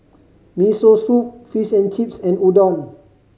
Miso Soup Fish and Chips and Udon